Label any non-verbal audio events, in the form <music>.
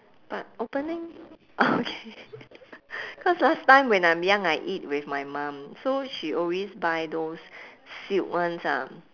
but opening okay <laughs> cause last time when I'm young I eat with my mum so she always buy those sealed ones ah